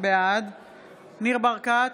בעד ניר ברקת,